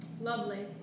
Lovely